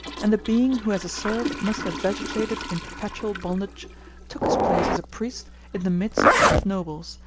and the being who as a serf must have vegetated in perpetual bondage took his place as a priest in the midst of nobles,